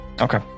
Okay